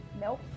Nope